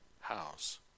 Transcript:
house